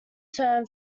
term